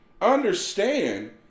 understand